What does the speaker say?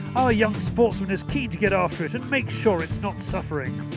our young sportsman is keen to get after it and make sure it's not suffering.